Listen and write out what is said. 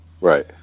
Right